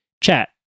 Chat